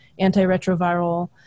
antiretroviral